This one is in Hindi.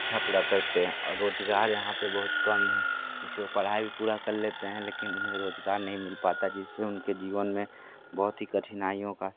शिक्षा पूरी करते हैं और रोज़गार यहाँ पर बहुत कम है इस से वो पढ़ाई भी पूरा कर लेते हैं लेकिन उन्हें रोज़गार नहीं मिल पाता जिस से उनके जीवन में बहुत ही कठिनाइयों का